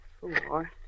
four